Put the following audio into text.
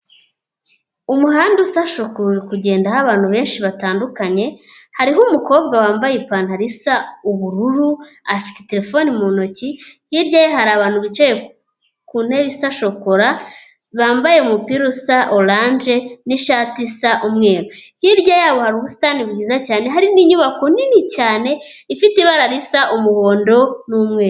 Umuhanda usa shokora uri kugenda aho abantu benshi batandukanye, hariho umukobwa wambaye ipantaro isa ubururu afite terefone mu ntoki. Hirya ye hari abantu bicaye ku ntebe isa shokora bambaye umupira usa orange nishati isa umwe. Hirya yaho hari ubusitani bwiza cyane hari ni inyubako nini cyane ifite ibara risa umuhondo n'umweru.